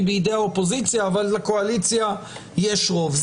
בידי האופוזיציה אבל לקואליציה יש רוב,